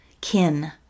kin